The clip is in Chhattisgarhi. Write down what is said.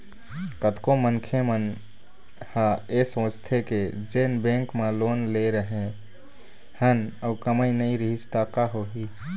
कतको मनखे मन ह ऐ सोचथे के जेन बेंक म लोन ले रेहे हन अउ कमई नइ रिहिस त का होही